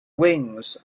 wings